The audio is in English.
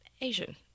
asian